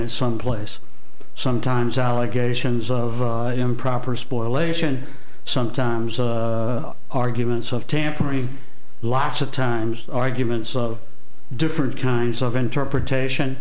it someplace sometimes allegations of improper spoil ation sometimes arguments of tampering lots of times arguments of different kinds of interpretation